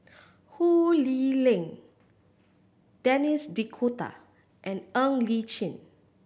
Ho Lee Ling Denis D'Cotta and Ng Li Chin